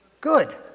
Good